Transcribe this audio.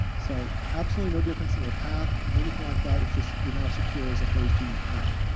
so absolutely no difference in your path and anything like that. it's just you're now secure as opposed to not.